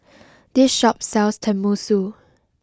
this shop sells Tenmusu